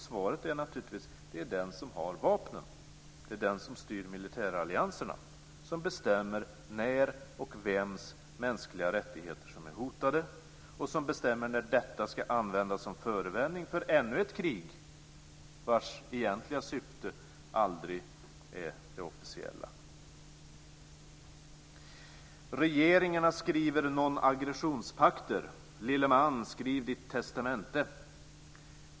Svaret är naturligtvis att det är den som har vapnen, den som styr militärallianserna, som bestämmer när och vems mänskliga rättigheter som är hotade och som bestämmer när detta ska användas som förevändning för ännu ett krig vars egentliga syfte aldrig är det officiella. "Regeringarna skriver nonaggressionspakter - Lille man, skriv ditt testamente!"